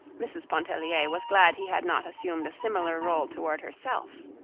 mrs. pontellier was glad he had not assumed a similar role toward herself.